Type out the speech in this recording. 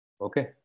okay